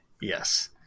Yes